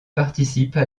participent